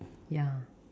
ya